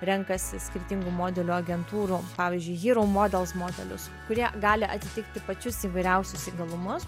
renkasi skirtingų modelių agentūrų pavyzdžiui hiru models modelius kurie gali atitikti pačius įvairiausius įgalumus